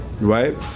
right